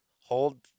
Hold